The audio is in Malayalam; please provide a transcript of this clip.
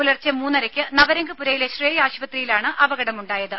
പുലർച്ചെ മൂന്നരക്ക് നവരംഗ്പുരയിലെ ശ്രേയ് ആശുപത്രിയിലാണ് അപകടമുണ്ടായത്